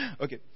Okay